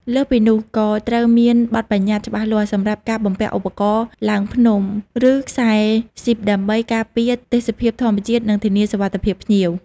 លើសពីនោះ ក៏ត្រូវមានបទប្បញ្ញត្តិច្បាស់លាស់សម្រាប់ការបំពាក់ឧបករណ៍ឡើងភ្នំ ឬខ្សែហ្ស៊ីបដើម្បីការពារទេសភាពធម្មជាតិនិងធានាសុវត្ថិភាពភ្ញៀវ។